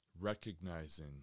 Recognizing